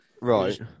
Right